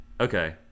Okay